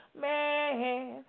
man